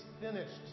finished